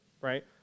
right